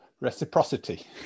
reciprocity